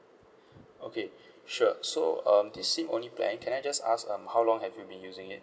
okay sure so um this SIM only plan can I just ask um how long have you been using it